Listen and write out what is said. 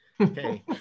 Okay